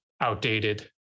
outdated